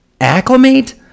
acclimate